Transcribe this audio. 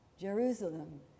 Jerusalem